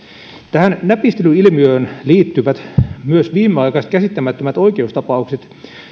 tähän näpistelyilmiöön liittyvät myös viimeaikaiset käsittämättömät oikeustapaukset